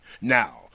Now